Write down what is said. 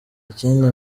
ikindi